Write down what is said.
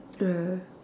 uh